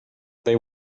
they